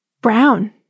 brown